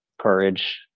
courage